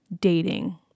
dating